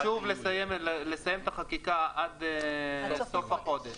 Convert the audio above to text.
חשוב לסיים את החקיקה עד סוף החודש.